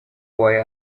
boy